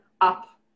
up